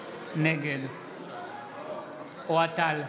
נגד אוהד טל,